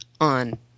on